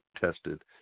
tested